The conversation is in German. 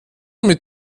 mit